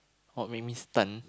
what make me stun